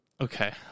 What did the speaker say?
Okay